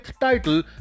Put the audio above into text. title